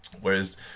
whereas